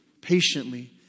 patiently